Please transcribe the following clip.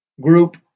Group